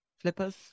flippers